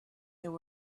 there